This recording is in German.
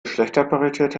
geschlechterparität